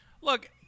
look